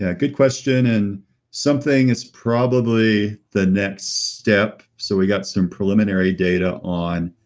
ah good question. and something is probably the next step. so we got some preliminary data on